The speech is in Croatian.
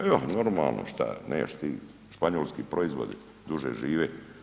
E, a normalno šta, neš ti, španjolski proizvodi duže žive.